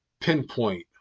pinpoint